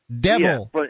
devil